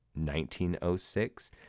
1906